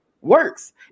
works